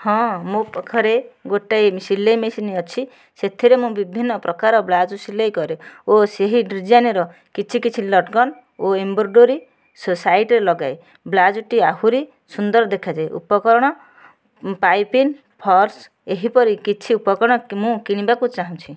ହଁ ମୋ ପାଖରେ ଗୋଟିଏ ସିଲେଇ ମେସିନ୍ ଅଛି ସେଥିରେ ମୁଁ ବିଭିନ୍ନ ପ୍ରକାରର ବ୍ଲାଉଜ ସିଲେଇ କରେ ଓ ସେହି ଡିଜାଇନର କିଛି କିଛି ଲଟକନ୍ ଓ ଏମ୍ବ୍ରୋଡ଼ୋରୀ ସାଇଡ଼ରେ ଲଗାଏ ବ୍ଲାଉଜଟି ଆହୁରି ସୁନ୍ଦର ଦେଖାଯାଏ ଉପକରଣ ପାଇପିଂ ଫଲ୍ସ ଏହିପରି କିଛି ଉପକରଣ ମୁଁ କିଣିବାକୁ ଚାହୁଁଛି